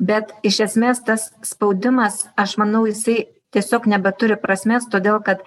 bet iš esmės tas spaudimas aš manau jisai tiesiog nebeturi prasmės todėl kad